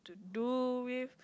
do with